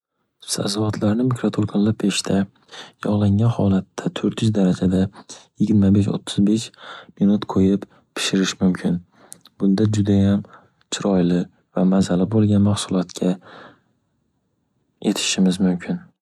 Sabzavotlarni mikroto'lqinli peshda yog'langan holatda to'rt yuz darajada yigirma besh- o'ttiz besh minut qo'yib pishirish mumkin, bunda judayam chiroyli va mazali bo'lgan mahsulotga yetishishimiz mumkin.